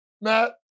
Matt